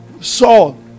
Saul